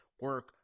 Work